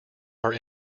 are